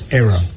era